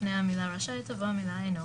לפני המילה "רשאי" תבוא המילה "אינו".